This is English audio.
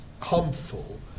harmful